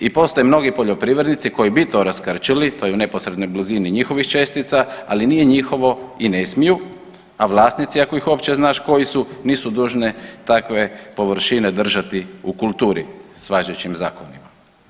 I postoje mnogi poljoprivrednici koji bi to raskrčili, to je u neposrednoj blizini njihovih čestica, ali nije njihovo i ne smiju, a vlasnici ako ih uopće znaš koji su nisu dužni takve površine držati u kulturi s važećim zakonima.